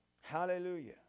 hallelujah